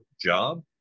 job